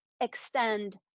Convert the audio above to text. extend